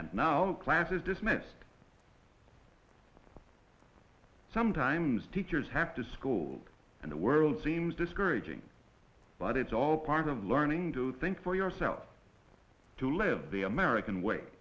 and now class is dismissed sometimes teachers have to school and the world seems discouraging but it's all part of learning to think for yourself to live the american way